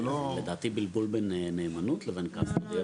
לדעתי בלבול בין נאמנות לבין קסטודי.